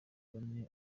bane